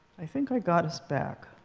i think i got us back.